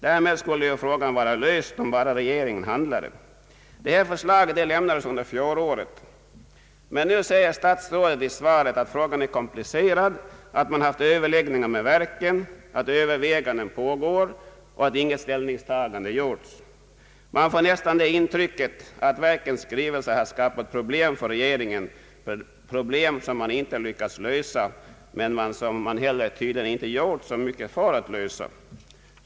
Därmed skulle ju frågan vara löst, om bara regeringen handlade. Det här förslaget lämnades under fjolåret. Men nu säger statsrådet i interpellationssvaret att frågan är komplicerad, att man haft överläggningar med verken, att överväganden pågår och att inget ställningstagande gjorts. Man får nästan ett intryck av att verkens skrivelser skapat problem för regeringen, problem som regeringen inte lyckats lösa men som den tydligen inte heller gjort mycket för att lösa.